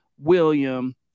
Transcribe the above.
William